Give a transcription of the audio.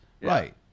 right